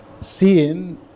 Seeing